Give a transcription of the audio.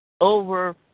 over